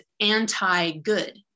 anti-good